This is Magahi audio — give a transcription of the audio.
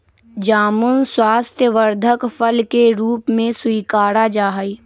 जामुन स्वास्थ्यवर्धक फल के रूप में स्वीकारा जाहई